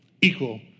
equal